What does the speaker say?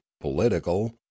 political